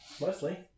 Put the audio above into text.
Mostly